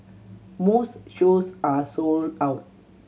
most shows are sold out